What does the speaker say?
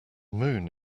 moon